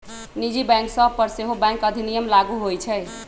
निजी बैंक सभ पर सेहो बैंक अधिनियम लागू होइ छइ